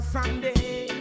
Sunday